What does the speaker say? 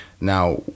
Now